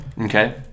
okay